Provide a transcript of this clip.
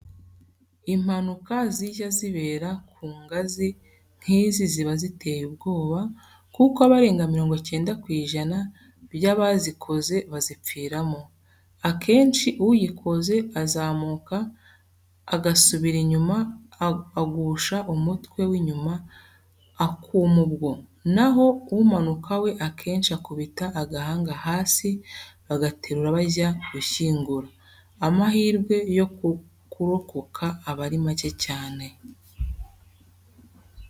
Impanuka zijya zibera ku ngazi nk'izi ziba ziteye ubwoba kuko abarenga mirongo icyenda ku ijana by'abazikoze bazipfiramo. Akenshi uyikoze azamuka agasubira inyuma agusha umutwe w'inyuma akuma ubwo, naho umanuka we akenshi akubita agahanga hasi bagaterura bajya gushyingura, amahirwe yo kurokoka aba ari make cyane.